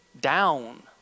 down